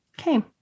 Okay